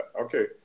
Okay